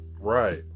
Right